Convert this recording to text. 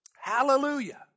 Hallelujah